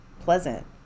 pleasant